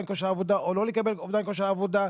כושר עבודה או לא לקבל את האובדן כושר עבודה.